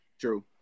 True